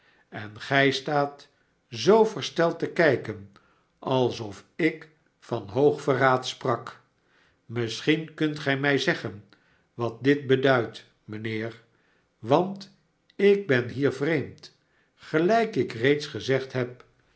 en gij staat zoo versteld te kijken alsof ik van hoogverraad sprak misschien kunt gij mij zeggen wat dit beduidt mijnheer want ik ben hier vreemd gelijk ik reeds gezegd heb